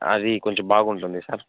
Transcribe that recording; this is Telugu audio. అది కొంచెం బాగుంటుంది సార్